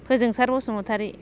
फोजोंसार Basumatary